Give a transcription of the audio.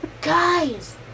Guys